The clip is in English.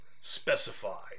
specify